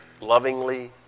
lovingly